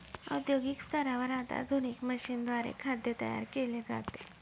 औद्योगिक स्तरावर आता आधुनिक मशीनद्वारे खाद्य तयार केले जाते